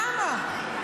למה?